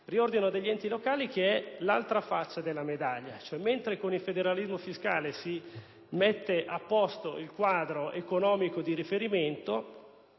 riordino degli enti locali. Tale riordino è l'altra faccia della medaglia: mentre con il federalismo fiscale si mette a posto il quadro economico di riferimento,